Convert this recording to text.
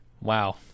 Wow